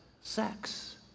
sex